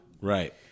Right